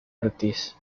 ortiz